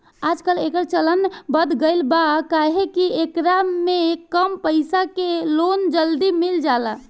आजकल, एकर चलन बढ़ गईल बा काहे कि एकरा में कम पईसा के लोन जल्दी मिल जाला